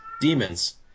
Demons